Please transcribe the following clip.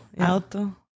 Auto